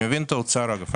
אני מבין את האוצר, אגב.